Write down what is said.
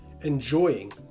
enjoying